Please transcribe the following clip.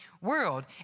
world